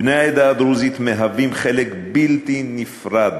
בני העדה הדרוזית מהווים חלק בלתי נפרד